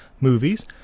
movies